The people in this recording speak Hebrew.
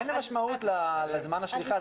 אין משמעות לזמן השליחה,